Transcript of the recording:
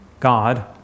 God